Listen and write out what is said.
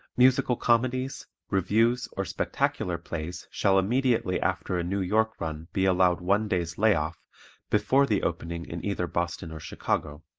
musical comedies, revues or spectacular plays shall immediately after a new york run be allowed one day's lay off before the opening in either boston or chicago.